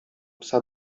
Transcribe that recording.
psa